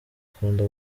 akunda